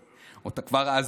כבר אז יצאת עליהם,